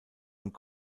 und